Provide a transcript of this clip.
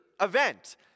event